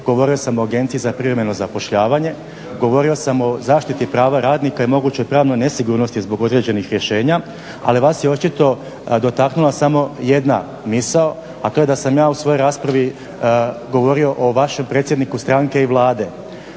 govorio sam o Agenciji za privremeno zapošljavanje, govorio sam o zaštiti prava radnika i mogućoj pravnoj nesigurnosti zbog određenih rješenja, ali vas je očito dotaknula samo jedna misao, a to je da sam ja u svojoj raspravi govorio o vašem predsjedniku stranke i Vlade.